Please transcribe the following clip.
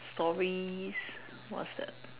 stories what's that